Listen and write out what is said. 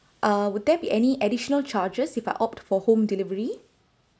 uh will there be any additional charges if I opt for home delivery